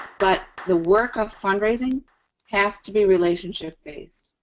but the work of fundraising has to be relationship-based.